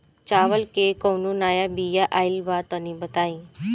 चावल के कउनो नया बिया आइल बा तनि बताइ?